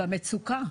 במצוקה,